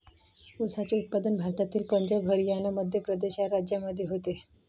ऊसाचे उत्पादन भारतातील पंजाब हरियाणा मध्य प्रदेश या राज्यांमध्ये होते